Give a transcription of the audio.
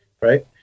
right